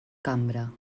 cambra